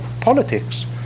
politics